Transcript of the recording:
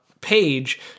page